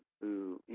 who,